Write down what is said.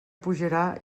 pujarà